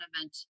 event